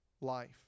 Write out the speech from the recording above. life